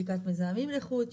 בדיקת מזהמים לחוד,